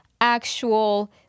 actual